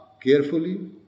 carefully